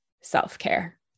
self-care